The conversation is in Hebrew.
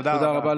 תודה רבה.